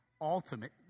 ultimate